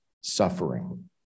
suffering